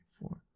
four